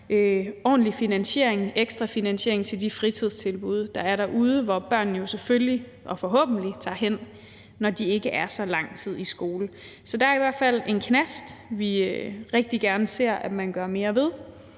ordentlig finansiering, ekstra finansiering, til de fritidstilbud, der er derude, og hvor børnene selvfølgelig og forhåbentlig tager hen, når de ikke er så lang tid i skole. Så der er i hvert fald en knast, vi rigtig gerne ser man gør mere ved.